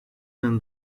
than